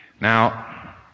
Now